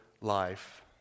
life